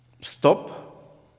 stop